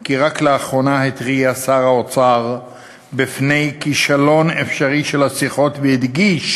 כי רק לאחרונה התריע שר האוצר מפני כישלון אפשרי של השיחות והדגיש